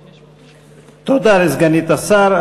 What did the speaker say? תודה לסגנית השר.